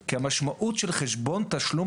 כי המשמעות של חשבון תשלום,